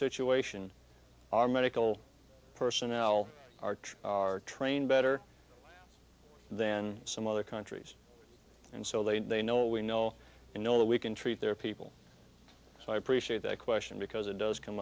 situation our medical personnel are trained better than some other countries and so they know we know and know that we can treat their people so i appreciate that question because it does come